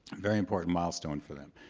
very important milestone for them.